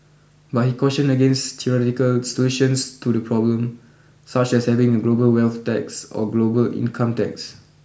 but he cautioned against theoretical solutions to the problem such as having a global wealth tax or global income tax